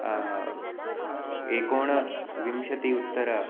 एकोनविंशति उत्तर